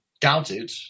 doubted